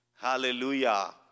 Hallelujah